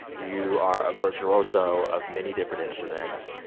you are a virtuoso of many different instruments.